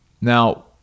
Now